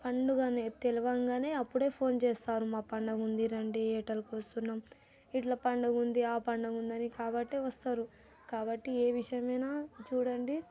పండుగ అని తెలియగానే అప్పుడే ఫోన్ చేస్తారు మా పండుగ ఉంది రండి వేటలు కోస్తున్నాం ఇట్లా పండుగ ఉంది ఆ పండుగ ఉంది కాబట్టి వస్తారు కాబట్టి ఏ విషయమైనా చూడండి